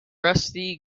rusty